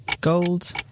Gold